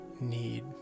need